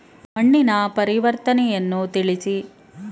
ಮಣ್ಣಿನ ಪರಿವರ್ತನೆಯನ್ನು ತಿಳಿಸಿ?